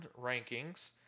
rankings